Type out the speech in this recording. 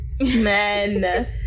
Men